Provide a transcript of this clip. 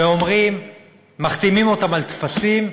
מחתימים אותם על טפסים,